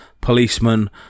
policeman